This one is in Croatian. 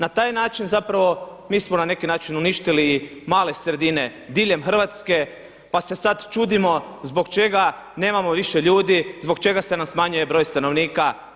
Na taj način zapravo mi smo na neki način uništili i male sredine diljem Hrvatske, pa se sad čudimo zbog čega nemamo više ljudi, zbog čega nam se smanjuje broj stanovnika.